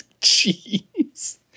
Jeez